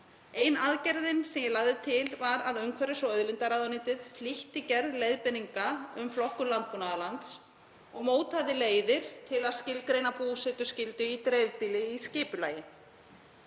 Ein aðgerðin sem ég lagði til var að umhverfis- og auðlindaráðuneytið flýtti gerð leiðbeininga um flokkun landbúnaðarlands og mótaði leiðir til að skilgreina búsetuskyldu í dreifbýli í skipulagi.